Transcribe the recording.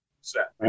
set